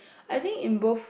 I think in both